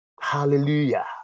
Hallelujah